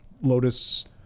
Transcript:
Lotus